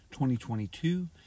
2022